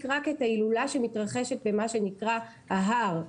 רק את ההילולה שמתרחשת במה שנקרא ההר.